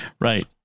right